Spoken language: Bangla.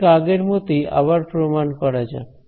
ঠিক আগের মতই আবার প্রমান করা যাক